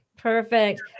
Perfect